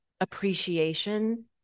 appreciation